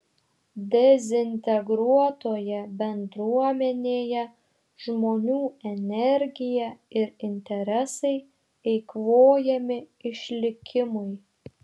dezintegruotoje bendruomenėje žmonių energija ir interesai eikvojami išlikimui